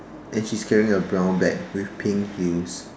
and she is carrying a brown bag with pink heels